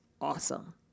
awesome